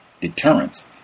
Deterrence